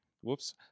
Whoops